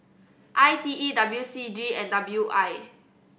I T E W C G and W I